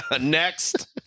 Next